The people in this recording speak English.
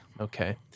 Okay